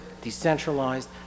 decentralized